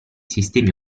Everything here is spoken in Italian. sistemi